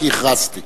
כי הכרזתי.